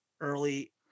early